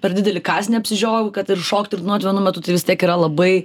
per didelį kąsnį apsižiojau kad ir šokt ir dainuot vienu metu tai vis tiek yra labai